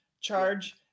charge